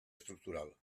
estructural